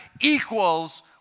equals